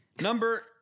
number